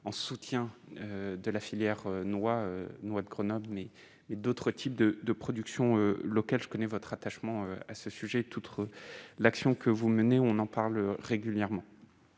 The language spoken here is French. en soutien de la filière noix noix de Grenoble mais mais d'autres types de de production locale, je connais votre attachement à ce sujet, toute l'action que vous menez, on en parle régulièrement